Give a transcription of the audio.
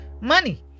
money